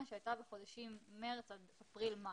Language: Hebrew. שהייתה בחודשים מרץ עד אפריל-מאי,